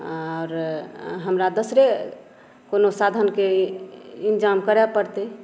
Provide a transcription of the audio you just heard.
आओर हमरा दोसरे कोनो साधनके इन्तजाम करऽ पड़तै